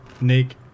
nick